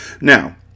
Now